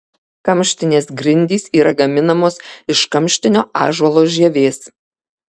kamštinės grindys yra gaminamos iš kamštinio ąžuolo žievės